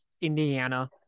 Indiana